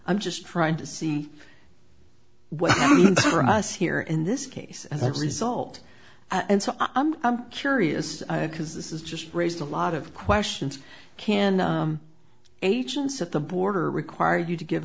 i'm just trying to see what us here in this case as a result and so i'm curious because this is just raised a lot of questions can agents at the border require you to give